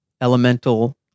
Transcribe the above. Elemental